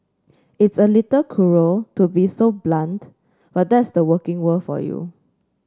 it's a little cruel to be so blunt but that's the working world for you